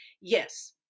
Yes